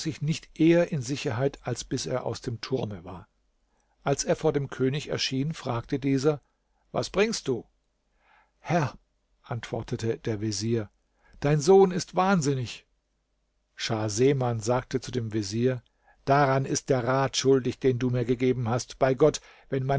nicht eher in sicherheit als bis er aus dem turme war als er vor dem könig erschien fragte dieser was bringst du herr antwortete der vezier dein sohn ist wahnsinnig schah seman sagte zu dem vezier daran ist der rat schuldig den du mir gegeben hast bei gott wenn